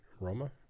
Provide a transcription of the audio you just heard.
Roma